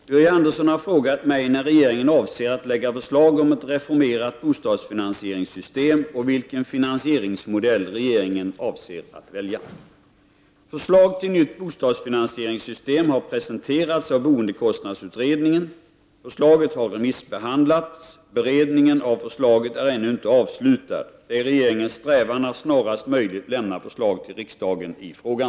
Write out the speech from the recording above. Fru talman! Birger Andersson har frågat mig när regeringen avser att lägga fram förslag om ett reformerat bostadsfinansieringssystem och vilken finansieringsmodell regeringen avser att välja. Förslag till nytt bostadsfinansieringssystem har presenterats av boendekostnadsutredningen . Förslaget har remissbehandlats. Beredningen av förslaget är ännu inte avslutad. Det är regeringens strävan att snarast möjligt lämna förslag till riksdagen i frågan.